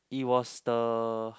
it was the